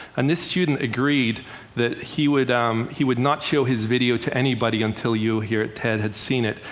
and this student agreed that he would um he would not show his video to anybody until you here at ted had seen it.